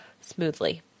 smoothly